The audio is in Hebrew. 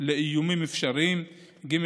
על איומים אפשריים, ג.